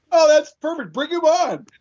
ah that's perfect. bring him ah